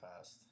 past